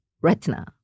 retina